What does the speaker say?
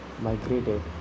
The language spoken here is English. migrated